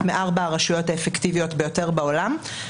מארבע הרשויות האפקטיביות ביותר בעולם,